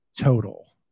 Total